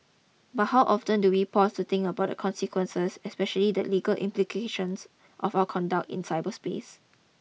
but how often do we pause to think about the consequences especially the legal implications of our conduct in cyberspace